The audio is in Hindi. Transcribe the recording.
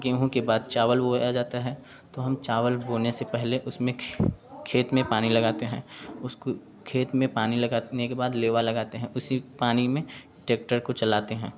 गेहूँ के बाद चावल बोया जाता है तो हम चावल बोने से पहले उसमें खेत में पानी लगाते हैं उसको खेत में पानी लगाने के बाद लेवा लगाते हैं उसी पानी में टेक्टर को चलाते हैं